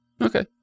Okay